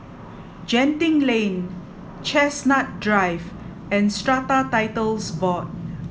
Genting Lane Chestnut Drive and Strata Titles Board